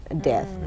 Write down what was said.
death